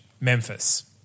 Memphis